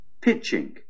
Pitching